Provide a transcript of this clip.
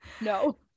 No